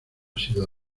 sido